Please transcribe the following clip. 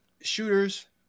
shooters